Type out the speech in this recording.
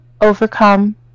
Overcome